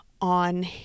on